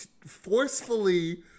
forcefully